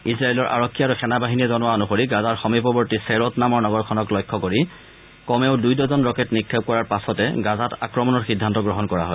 ইজৰাইলৰ আৰক্ষী আৰু সেনাবাহিনীয়ে জনোৱা অনুসৰি গাজাৰ সমীপৱৰ্তী চেৰট নামৰ নগৰখনক লক্ষ্য কৰি কমেও দুইডজন ৰকেট নিক্ষেপ কৰাৰ পাছতে গাজাত আক্ৰমণৰ সিদ্ধান্ত গ্ৰহণ কৰা হয়